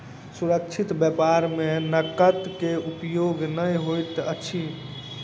सुरक्षित व्यापार में नकद के उपयोग नै होइत अछि